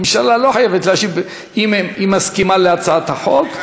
הממשלה לא חייבת להשיב אם היא מסכימה להצעת החוק.